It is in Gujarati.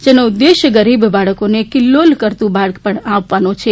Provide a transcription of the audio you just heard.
જેનો ઉદ્દેશ ગરીબ બાળકોને કિલ્લોલ કરતું બાળપણ આપવાનો છે